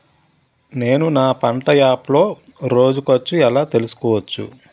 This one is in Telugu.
నేను నా పంట యాప్ లో రోజు ఖర్చు ఎలా తెల్సుకోవచ్చు?